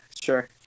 sure